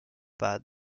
pas